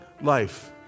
life